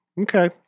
Okay